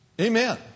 Amen